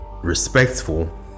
respectful